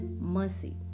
mercy